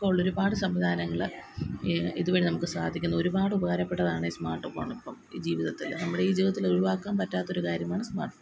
ഒക്കെ ഉള്ള ഒരുപാട് സംവിധാനങ്ങൾ ഇതുവഴി നമുക്ക് സാധിക്കുന്നു ഒരുപാട് ഉപകാരപെട്ടതാണ് ഈ സ്മാര്ട്ട് ഫോണ ഇപ്പം ഈ ജീവിതത്തിൽ നമ്മുടെ ഈ ജീവിതത്തിൽ ഒഴുവാക്കാന് പറ്റാത്ത ഒരു കാര്യമാണ് സ്മാര്ട്ട്ണ് ഫോൺ